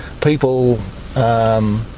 people